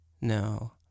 No